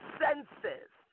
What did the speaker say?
senses